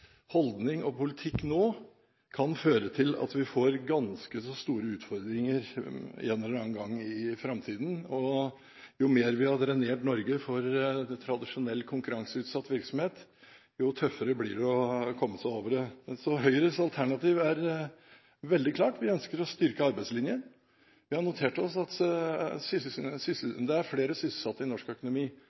holdning og politikk nå kan føre til at vi får ganske så store utfordringer en eller annen gang i framtiden, og jo mer vi har drenert Norge for tradisjonell konkurranseutsatt virksomhet, jo tøffere blir det å komme seg over dem. Så Høyres alternativ er veldig klart. Vi ønsker å styrke arbeidslinjen. Vi har notert oss at det er flere sysselsatte i norsk økonomi.